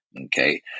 Okay